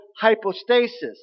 hypostasis